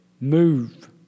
Move